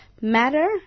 Matter